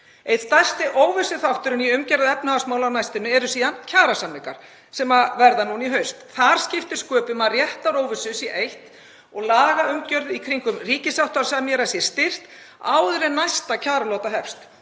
Einn stærsti óvissuþátturinn í umgjörð efnahagsmála á næstunni er síðan kjarasamningar sem verða núna í haust. Þar skiptir sköpum að réttaróvissu sé eytt og lagaumgjörð í kringum ríkissáttasemjara styrkt áður en næsta kjaralota hefst.